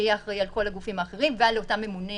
שיהיה אחראי על כל הגופים האחרים, ועל אותם ממונים